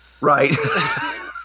Right